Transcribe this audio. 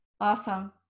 Awesome